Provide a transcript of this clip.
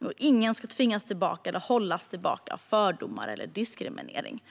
och att ingen ska tvingas tillbaka eller hållas tillbaka av fördomar eller diskriminering.